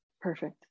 perfect